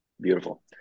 Beautiful